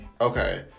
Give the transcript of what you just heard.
okay